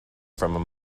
from